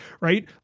right